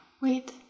Wait